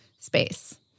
space